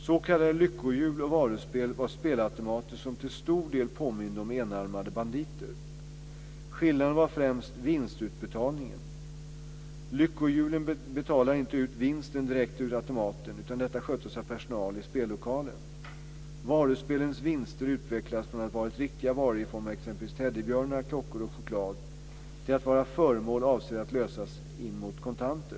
S.k. lyckohjul och varuspel var spelautomater som till stor del påminde om enarmade banditer. Skillnaden var främst vinstutbetalningen. Lyckohjulen betalade inte ut vinsten direkt ur automaten, utan detta sköttes av personal i spellokalen. Varuspelens vinster utvecklades från att ha varit riktiga varor i form av t.ex. teddybjörnar, klockor och choklad till att vara föremål avsedda att lösas in mot kontanter.